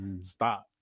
Stop